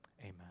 amen